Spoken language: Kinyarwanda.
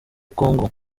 kongo